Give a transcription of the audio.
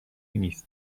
نیست